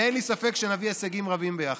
ואין לי ספק שנביא הישגים רבים ביחד.